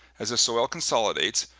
as the soil consolidates,